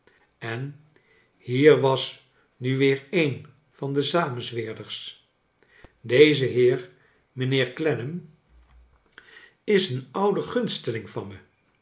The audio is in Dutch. en hier was nu weer een van de samenzweerders dcze heer mijnheer clennam is charles dickens een oude gunsteling van me